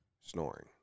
Snoring